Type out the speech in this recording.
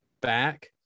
back